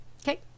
Okay